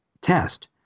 test